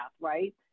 right